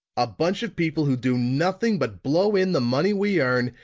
a bunch of people who do nothing but blow in the money we earn,